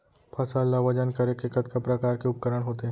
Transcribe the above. फसल ला वजन करे के कतका प्रकार के उपकरण होथे?